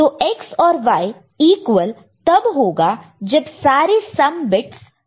तो X और Y equal तब होगा जब सारे सम बिट्स 0 होगा